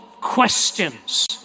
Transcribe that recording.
questions